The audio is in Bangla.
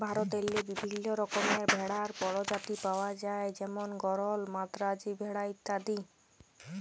ভারতেল্লে বিভিল্ল্য রকমের ভেড়ার পরজাতি পাউয়া যায় যেমল গরল, মাদ্রাজি ভেড়া ইত্যাদি